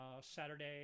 Saturday